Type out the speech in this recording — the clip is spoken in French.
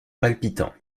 palpitant